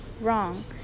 wrong